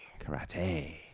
Karate